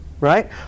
right